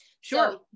Sure